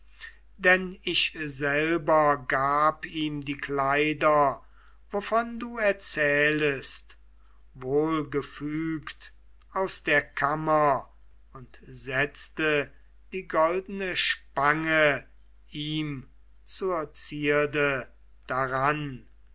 denn ich selber gab ihm die kleider wovon du erzähltest wohlgefügt aus der kammer und setzte die goldene spange ihm zur zierde